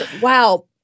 wow